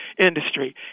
industry